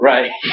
Right